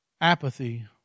Apathy